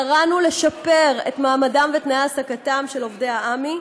קראנו לשפר את מעמדם ואת תנאי העסקתם של העמ"י,